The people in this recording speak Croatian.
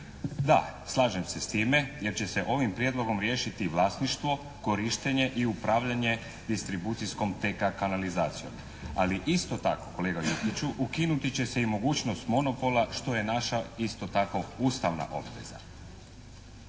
Da, slažem se s time jer će se ovim prijedlogom riješiti vlasništvo, korištenje i upravljanje distribucijskom TK kanalizacijom. Ali isto tako kolega Jukiću ukinuti će se i mogućnost monopola što je naša isto tako ustavna obveza.